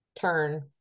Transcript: turn